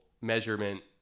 measurement